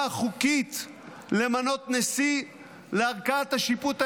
החוקית למנות נשיא לערכאת השיפוט העליונה,